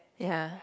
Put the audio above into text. ya